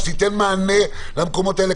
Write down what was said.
שתיתן מענה למקומות האלה,